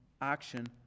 action